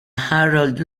harold